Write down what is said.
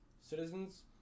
citizens